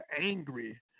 angry